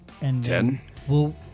Ten